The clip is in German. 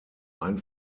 ein